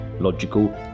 logical